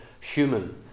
human